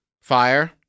Fire